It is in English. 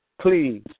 Please